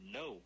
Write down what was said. no